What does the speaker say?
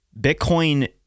Bitcoin